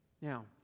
Now